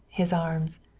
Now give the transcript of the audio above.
his arms.